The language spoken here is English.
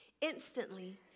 Instantly